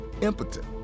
impotent